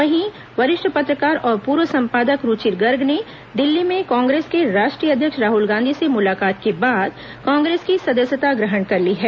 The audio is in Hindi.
वहीं वरिष्ठ पत्रकार और पूर्व संपादक रूचिर गर्ग ने दिल्ली में कांग्रेस के राष्ट्रीय अध्यक्ष राहल गांधी से मुलाकात के बाद कांग्रेस की सदस्यता ग्रहण कर ली है